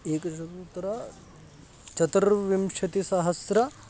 एकशतोत्तरचतुर्विंशतिसहस्रं